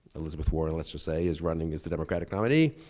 elizabeth warren lets so say, is running as the democratic nominee,